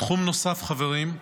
תחום נוסף, חברים,